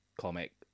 comic